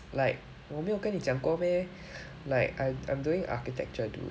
like 我没有跟你讲过 meh like I'm I'm doing architecture dude